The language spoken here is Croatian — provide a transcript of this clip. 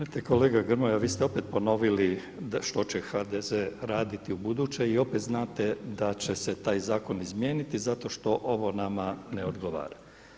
Vidite kolega Grmoja, vi ste opet ponovili što će HDZ raditi ubuduće i opet znate da će se taj zakon izmijeniti zato što ovo nama ne odgovara.